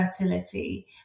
fertility